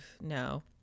No